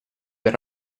per